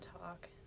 talk